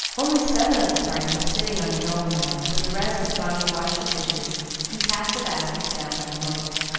only seven of the party were sitting on the knoll now, for the rest had gone to wash the dishes and pack the baskets down by the boats.